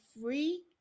free